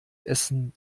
essen